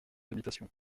habitation